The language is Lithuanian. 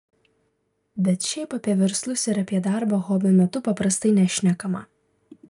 bet šiaip apie verslus ir apie darbą hobio metu paprastai nešnekama